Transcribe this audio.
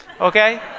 okay